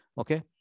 Okay